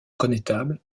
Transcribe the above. connétable